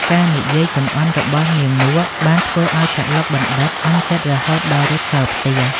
ការនិយាយចំអន់របស់នាងនក់ បានធ្វើឱ្យកឡុកបណ្ឌិត្យ អន់ចិត្តរហូតដល់រត់ចោលផ្ទះ។